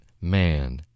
man